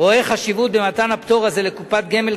רואה חשיבות במתן הפטור הזה לקופת גמל